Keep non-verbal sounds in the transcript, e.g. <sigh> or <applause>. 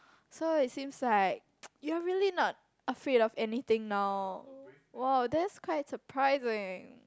so it seems like <noise> you are really not afraid of anything now !wow! that's quite surprising